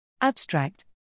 Abstract